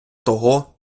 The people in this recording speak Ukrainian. того